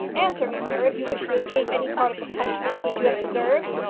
answer me, sir, if you wish to escape any part of the punishment which you have deserved.